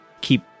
keep